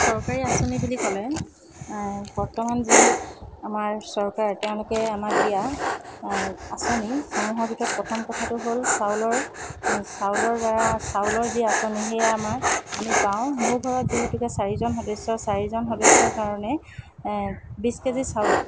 চৰকাৰী আঁচনি বুলি ক'লে বৰ্তমান যি আমাৰ চৰকাৰ তেওঁলোকে আমাক দিয়া আচঁনিসমূহৰ ভিতৰত প্ৰথম কথাটো হ'ল চাউলৰ চাউলৰ দ্বাৰা চাউলৰ যি আঁচনি সেয়া আমাৰ আমি পাওঁ মোৰ ঘৰত যিহেতুকে চাৰিজন সদস্য চাৰিজন সদস্যৰ কাৰণে বিশ কেজি চাউল